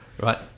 Right